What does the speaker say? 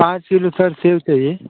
पाँच kilo sir सेब चाहिए